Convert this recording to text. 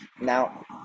Now